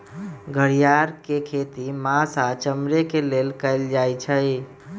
घरिआर के खेती मास आऽ चमड़े के लेल कएल जाइ छइ